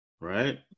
right